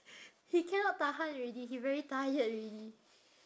he cannot tahan already he very tired already